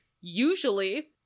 usually